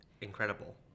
incredible